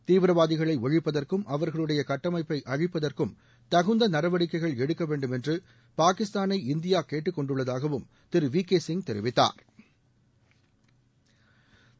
தீவிரவாதிகளை ஒழிப்பதற்கும் அவர்களுடைய கட்டமைப்பை அழிப்பதற்கும் தகுந்த நடவடிக்கைகள் எடுக்கவேண்டும் என்று பாகிஸ்தானை இந்தியா கேட்டுக்கொண்டுள்ளதாகவும் திரு வி கே சிங் தெரிவித்தாா்